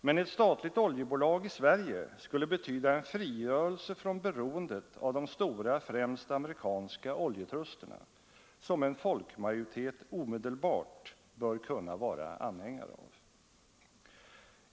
Men ett statligt oljebolag i Sverige skulle betyda frigörelse från beroendet av de stora, främst amerikanska oljetrusterna, något som en folkmajoritet omedelbart bör kunna vara anhängare av.